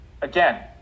again